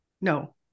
No